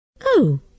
Oh